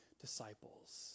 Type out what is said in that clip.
disciples